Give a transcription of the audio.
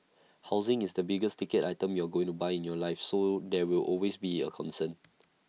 housing is the biggest ticket item you're going to buy in your life so there will always be A concern